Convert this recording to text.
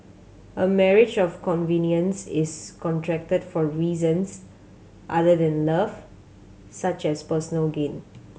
a marriage of convenience is contracted for reasons other than love such as personal gain